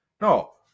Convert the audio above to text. no